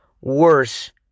worse